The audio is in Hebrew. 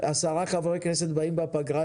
עשרה חברי הכנסת באים בפגרה,